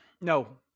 no